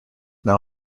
now